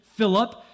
Philip